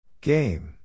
Game